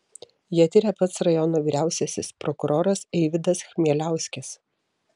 ją tiria pats rajono vyriausiasis prokuroras eivydas chmieliauskis